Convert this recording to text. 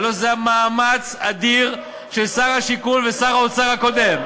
הלוא זה היה מאמץ אדיר של שר השיכון הקודם ושר האוצר הקודם.